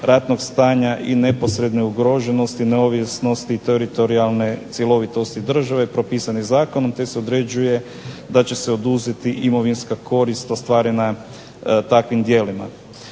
ratnog stanja i neposredne ugroženosti neovisnosti teritorijalne cjelovitosti države propisan je zakonom te se određuje da će se oduzeti imovinska korist ostvarena takvim djelima.